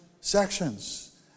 sections